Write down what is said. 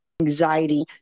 anxiety